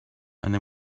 they